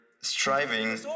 striving